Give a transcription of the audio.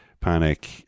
panic